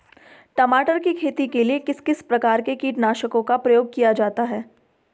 टमाटर की खेती के लिए किस किस प्रकार के कीटनाशकों का प्रयोग किया जाता है?